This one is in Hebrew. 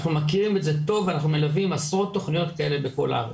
אנחנו מכירים את זה טוב ואנחנו מלווים עשרות תכניות כאלה בכל הארץ.